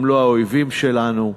הם לא האויבים שלנו,